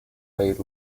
played